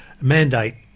mandate